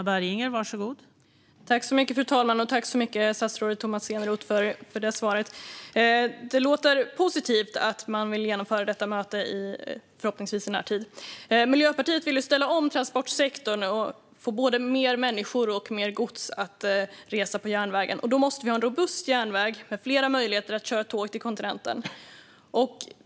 Fru talman! Tack, statsrådet Tomas Eneroth, för det svaret! Det låter positivt att man vill genomföra detta möte, förhoppningsvis i närtid. Miljöpartiet vill ställa om transportsektorn och få både mer människor och mer gods att resa på järnvägen. Då måste vi ha en robust järnväg med fler möjligheter att köra tåg till kontinenten.